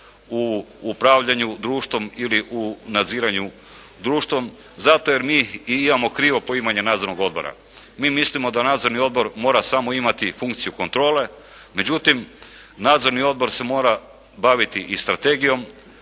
u upravljanju društvom ili u nadziranju društvom, zato jer mi imamo krivo poimanje nadzornog odbora. Mi mislimo da nadzorni odbor mora samo imati funkciju kontrole, međutim nadzorni odbor se mora baviti i strategijom,